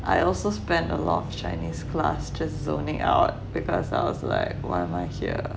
I also spent a lot of chinese class just zoning out because I was like why am I here